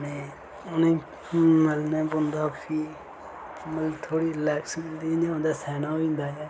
उनेंगी मलने पौंदा फ्ही मतलब थोह्ड़ी रिलैक्स मिलदी इयां उंदा सैना होई जंदा ऐ्